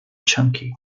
chunky